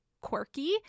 quirky